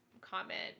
comment